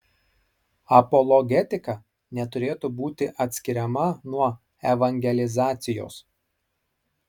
apologetika neturėtų būti atskiriama nuo evangelizacijos